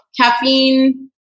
caffeine